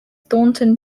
thornton